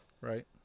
Right